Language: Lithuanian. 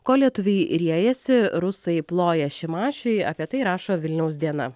kol lietuviai riejasi rusai ploja šimašiui apie tai rašo vilniaus diena